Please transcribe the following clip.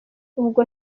ubwo